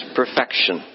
perfection